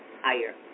Higher